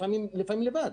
לפעמים לבד,